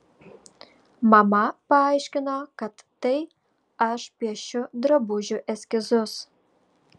mama paaiškino kad tai aš piešiu drabužių eskizus